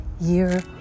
year